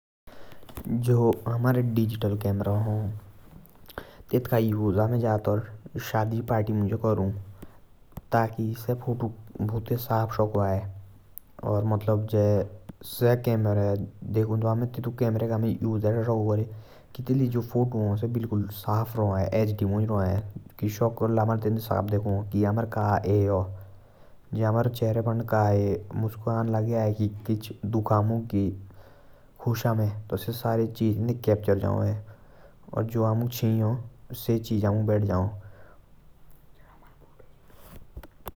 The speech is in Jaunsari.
जो हमारे digital camera ह। तेटका उसे हमें ज़्यादातर शादी पार्टी मुँज करु। ताकि से फोटो काफ़ी साफ़ सका आए।